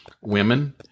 women